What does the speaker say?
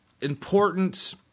important